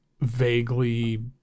vaguely